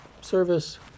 service